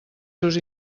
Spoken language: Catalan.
seus